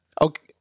Okay